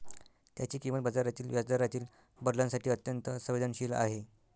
त्याची किंमत बाजारातील व्याजदरातील बदलांसाठी अत्यंत संवेदनशील आहे